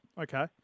okay